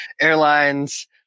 airlines